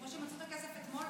כמו שהם מצאו את הכסף אתמול,